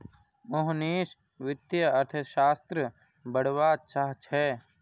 मोहनीश वित्तीय अर्थशास्त्र पढ़वा चाह छ